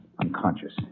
Unconscious